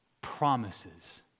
promises